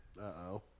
Uh-oh